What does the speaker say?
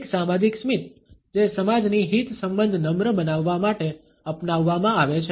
એક સામાજિક સ્મિત જે સમાજની હિતસંબંધ નમ્ર બનાવવા માટે અપનાવવામાં આવે છે